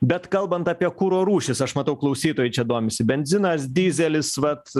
bet kalbant apie kuro rūšis aš matau klausytojai čia domisi benzinas dyzelis vat